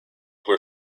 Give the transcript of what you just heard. were